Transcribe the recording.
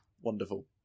Wonderful